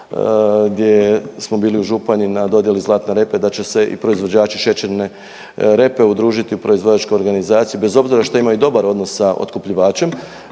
gdje smo bili u Županji na dodjeli Zlatne repe da će se i proizvođači šećerne repe udružiti u proizvođačku organizaciju bez obzira što imaju dobar odnos sa otkupljivačem,